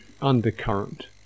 undercurrent